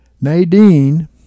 nadine